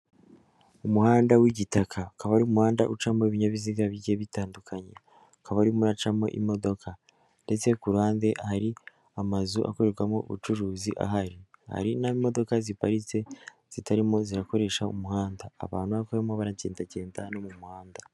Umuhanda w'igitaka ukaba ari umuhanda ucamo ibinyabiziga bigiye bitandukanye, ukaba urimo uraracamo imodoka, ndetse ku ruhande hari amazu akorerwamo ubucuruzi ahari, hari n'aho imodoka ziparitse zitarimo zirakoresha umuhanda, abantu ubona ko barimo baragendagenda no mu muhanda.